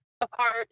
apart